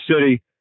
city